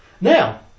now